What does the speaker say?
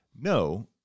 No